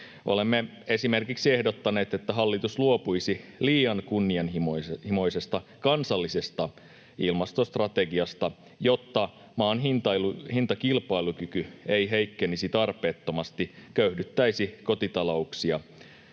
Olemme esimerkiksi ehdottaneet, että hallitus luopuisi liian kunnianhimoisesta kansallisesta ilmastostrategiasta, jotta maan hintakilpailukyky ei heikkenisi tarpeettomasti, kotitaloudet